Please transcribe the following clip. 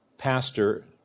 pastor